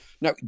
Now